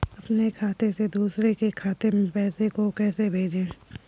अपने खाते से दूसरे के खाते में पैसे को कैसे भेजे?